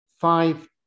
five